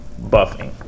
buffing